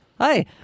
Hi